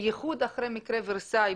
במיוחד אחרי מקרה ורסאי,